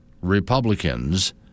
Republicans